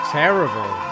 terrible